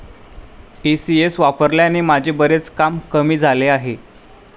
ECS वापरल्याने माझे बरेच काम कमी झाले आहे